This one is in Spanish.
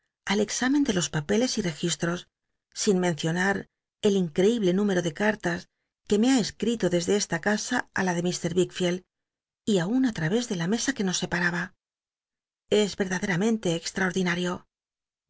al ex imen de los papeles y registros sin mencionar el increible número de cartas que me ha escri to desde esta casa á la de lfr ickfield y aun li través la mesa que nos separaba es verdaderamente exlraordinal'io